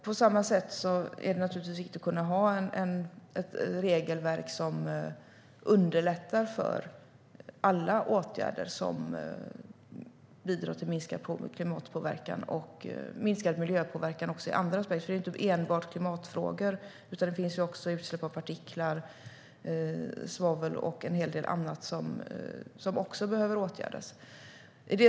På samma sätt är det viktigt att kunna ha ett regelverk som underlättar för alla åtgärder som bidrar till minskad klimatpåverkan och minskad miljöpåverkan också ur andra aspekter. Det gäller inte enbart klimatfrågor. Det finns utsläpp av partiklar, svavel och en hel del annat som också behöver åtgärdas.